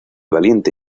valiente